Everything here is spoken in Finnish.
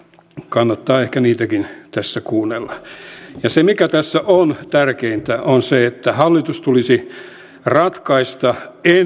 kannattaa ehkä niitäkin tässä kuunnella se mikä tässä on tärkeintä on se että hallituksen tulisi ratkaista ennen tämän